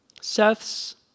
Seth's